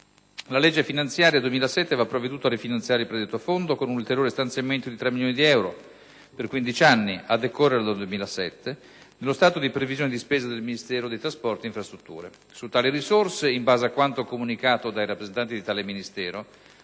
La legge finanziaria 2007 aveva provveduto a rifinanziare il predetto Fondo con un ulteriore stanziamento di tre milioni di euro per 15 anni, a decorrere dal 2007, nello stato di previsione di spesa del Ministero dei trasporti ed infrastrutture. Su tali risorse, in base a quanto comunicato dai rappresentanti di tale Ministero,